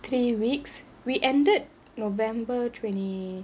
three weeks we ended november twenty